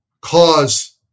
cause